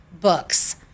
books